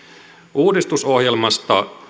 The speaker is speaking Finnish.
uudistusohjelmasta